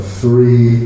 three